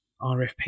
RFP